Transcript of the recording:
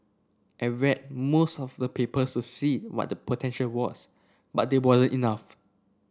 I read most of the papers to see what the potential was but they wasn't enough